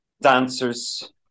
dancers